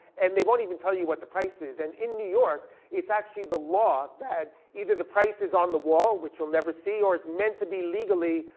and they won't even tell you what the price is. and in new york it's actually the law that either the price is on the wall, which you'll never see, or it's meant to be legally,